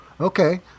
Okay